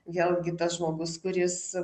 vėlgi tas žmogus kuris